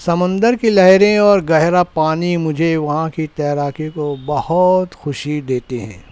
سمندر کی لہریں اور گہرا پانی مجھے وہاں کی تیراکی کو بہت خوشی دیتے ہیں